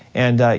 and